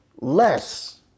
less